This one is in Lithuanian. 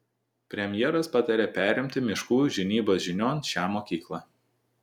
premjeras patarė perimti miškų žinybos žinion šią mokyklą